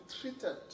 treated